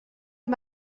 amb